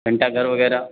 घंटा घर वगैरह